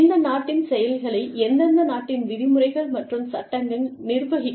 இந்த நாட்டின் செயல்களை எந்தெந்த நாட்டின் விதிமுறைகள் மற்றும் சட்டங்கள் நிர்வகிக்கும்